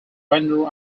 render